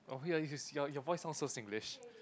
oh your voice sounds so Singlish